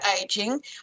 aging